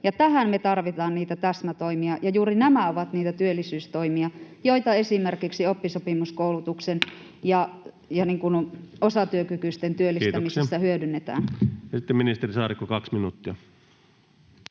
tähän me tarvitaan niitä täsmätoimia, ja juuri nämä ovat niitä työllisyystoimia, joita esimerkiksi oppisopimuskoulutuksen ja osatyökykyisten työllistämisessä [Puhemies: